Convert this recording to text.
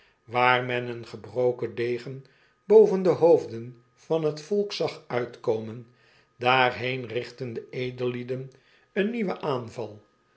waar men een gebroken degen boven de hoofden van het volk zag uitkomen daarheen richtten de edellieden eenen riieuwen aanval